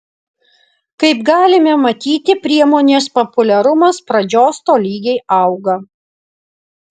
kaip galime matyti priemonės populiarumas pradžios tolygiai auga